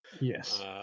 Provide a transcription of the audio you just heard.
Yes